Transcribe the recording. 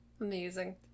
Amazing